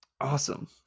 Awesome